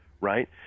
right